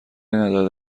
ندارد